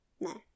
No